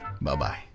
bye-bye